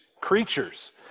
creatures